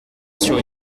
sur